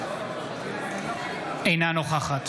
אינה נוכחת